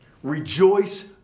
Rejoice